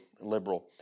liberal